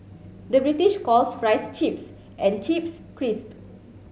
the British calls fries chips and chips crisp